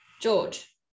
George